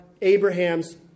Abraham's